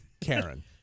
karen